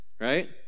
right